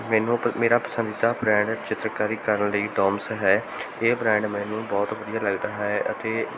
ਮੈਨੂੰ ਮੇਰਾ ਪਸੰਦੀਦਾ ਬ੍ਰਾਂਡ ਚਿੱਤਰਕਾਰੀ ਕਰਨ ਲਈ ਡੋਮਸ ਹੈ ਇਹ ਬ੍ਰਾਂਡ ਮੈਨੂੰ ਬਹੁਤ ਵਧੀਆ ਲੱਗਦਾ ਹੈ ਅਤੇ